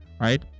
right